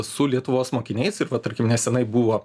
su lietuvos mokiniais ir va tarkim nesenai buvo